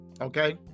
Okay